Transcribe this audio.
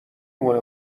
مونه